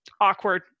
Awkward